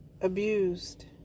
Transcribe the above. abused